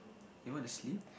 you want to sleep